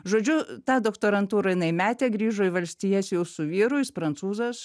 žodžiu tą doktorantūrą jinai metė grįžo į valstijas jau su vyru jis prancūzas